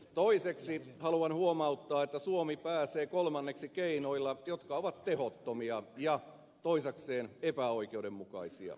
toiseksi haluan huomauttaa että suomi pääsee kolmanneksi keinoilla jotka ovat tehottomia ja toisekseen epäoikeudenmukaisia